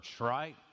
right